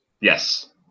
Yes